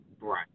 Right